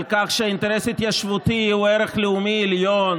על כך שהאינטרס ההתיישבותי הוא ערך לאומי עליון,